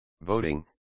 Voting